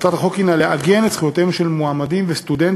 מטרת החוק היא לעגן את זכויותיהם של מועמדים וסטודנטים